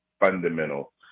fundamental